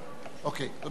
אדוני היושב-ראש,